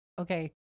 okay